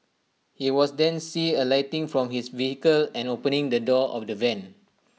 he was then see alighting from his vehicle and opening the door of the van